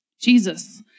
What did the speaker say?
Jesus